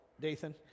Dathan